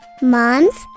Moms